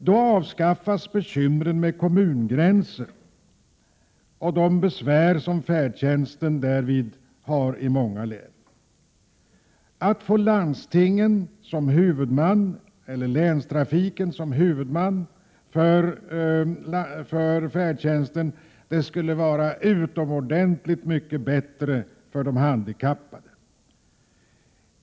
Då undanröjs bekymren med kommungränser och de besvär som man har med dessa i många län när det gäller färdtjänsten. Att få landstinget eller länstrafiken som huvudman för färdtjänsten skulle vara mycket bättre för de handikappade.